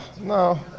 No